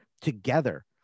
together